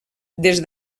des